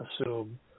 assume